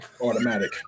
automatic